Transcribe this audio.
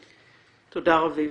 תודה, רביב.